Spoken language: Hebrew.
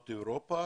אירופה.